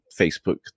Facebook